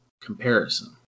comparison